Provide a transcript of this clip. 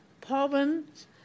problems